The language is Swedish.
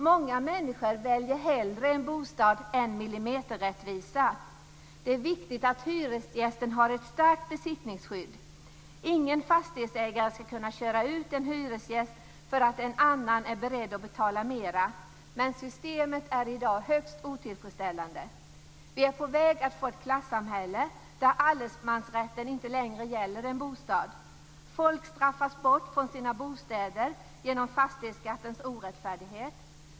Många människor väljer hellre en bostad än millimeterrättvisa. Det är viktigt att hyresgästen har ett starkt besittningsskydd. Ingen fastighetsägare ska kunna köra ut en hyresgäst för att en annan är beredd att betala mera, men systemet är i dag högst otillfredsställande. Vi är på väg att få ett klassamhälle där allemansrätten inte längre gäller en bostad. Folk straffas bort från sina bostäder genom fastighetsskattens orättfärdighet.